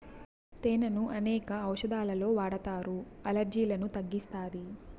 తేనెను అనేక ఔషదాలలో వాడతారు, అలర్జీలను తగ్గిస్తాది